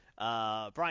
Brian